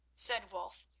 said wulf.